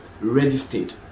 registered